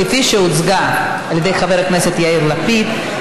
כפי שהוצגה על ידי חבר הכנסת יאיר לפיד.